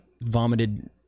vomited